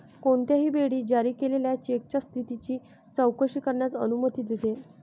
कोणत्याही वेळी जारी केलेल्या चेकच्या स्थितीची चौकशी करण्यास अनुमती देते